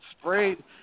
sprayed